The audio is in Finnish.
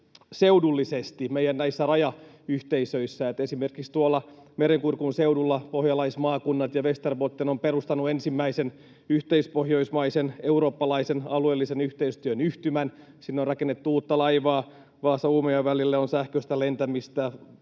seudullisesti näissä meidän rajayhteisöissä. Esimerkiksi tuolla Merenkurkun seudulla pohjalaismaakunnat ja Västerbotten ovat perustaneet ensimmäisen yhteispohjoismaisen eurooppalaisen alueellisen yhteistyön yhtymän. Sinne on rakennettu uutta laivaa Vaasa—Uumaja-välille, on sähköistä lentämistä